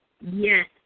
Yes